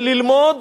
וללמוד